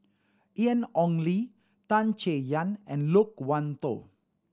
Ian Ong Li Tan Chay Yan and Loke Wan Tho